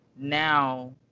now